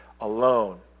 alone